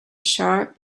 sharp